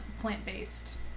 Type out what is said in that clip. plant-based